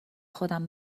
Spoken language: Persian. خودم